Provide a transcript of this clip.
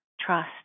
Trust